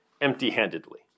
empty-handedly